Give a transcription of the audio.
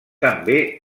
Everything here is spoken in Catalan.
també